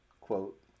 Quote